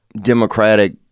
Democratic